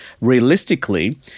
Realistically